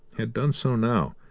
had done so now,